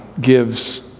gives